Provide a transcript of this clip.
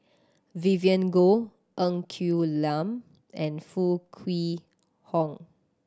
Vivien Goh Ng Quee Lam and Foo Kwee Horng